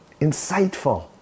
Insightful